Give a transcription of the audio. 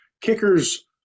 kickers